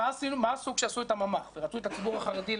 מה עשו כשעשו את הממ"ח ורצו להביא את הציבור החרדי?